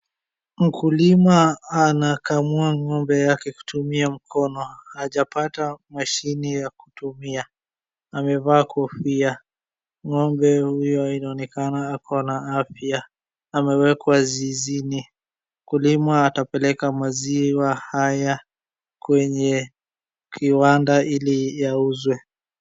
Mkulima anakamua ng'ombe yake kutumia mkono. Hajapata mashine ya kutumia. Amevaa kofia. Ng'ombe huyo anaonekana ako na afya. Amewekwa zizini. Mkulima atapeleka maziwa haya kwenye kiwanda ili yauzwe.